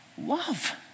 Love